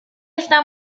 está